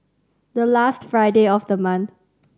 the last Friday of the month